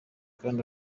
kandi